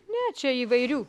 ne čia įvairių